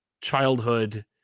childhood